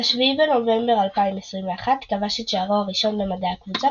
ב-7 בנובמבר 2021 כבש את שערו הראשון במדי הקבוצה,